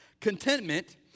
Contentment